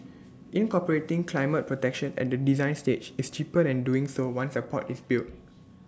incorporating climate protection at the design stage is cheaper than doing so once A port is built